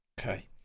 Okay